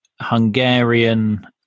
Hungarian